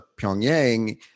Pyongyang